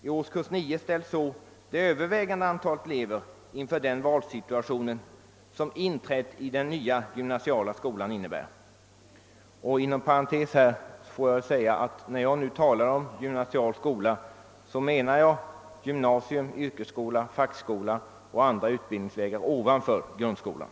I årskurs 9 ställs så det över vägande antalet elever inför den valsituation som inträdet i den nya gymnasiala skolan innebär. Inom parentes får jag säga att när jag nu talar om gymnasial skola menar jag gymnasium, yrkesskola, fackskola och andra utbildningsvägar ovanför grundskolan.